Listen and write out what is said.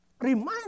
remind